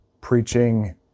preaching